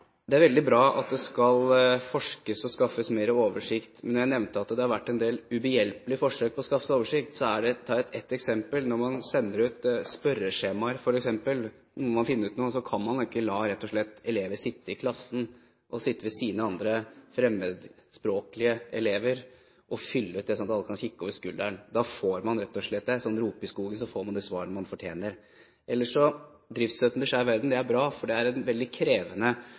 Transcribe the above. Det er veldig bra at det skal forskes og skaffes bedre oversikt, men jeg nevnte at det har vært en del ubehjelpelige forsøk på å skaffe seg oversikt. Jeg skal ta ett eksempel. Når man f.eks. sender ut spørreskjemaer for å finne ut noe, kan man ikke la elevene rett og slett sitte i klassen, sitte ved siden av andre fremmedspråklige elever og fylle ut, sånn at de kan kikke over skulderen på hverandre. Da blir det sånn at som man roper i skogen, får man svar. Driftsstøtten til Skeiv Verden er bra, for det er en veldig krevende